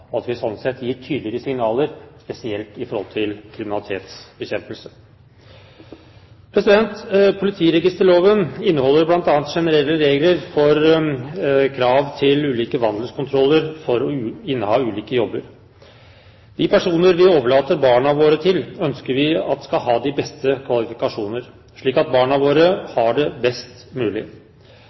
og at vi sånn sett gir tydeligere signaler, spesielt i forhold til kriminalitetsbekjempelse. Politiregisterloven inneholder bl.a. generelle regler for krav til ulike vandelskontroller for å inneha ulike jobber. De personer vi overlater barna våre til, ønsker vi skal ha de beste kvalifikasjoner, slik at barna våre har det best mulig.